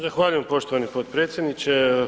Zahvaljujem poštovani potpredsjedniče.